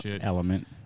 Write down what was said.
element